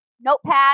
notepad